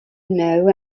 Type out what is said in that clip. know